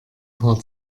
paar